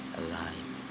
alive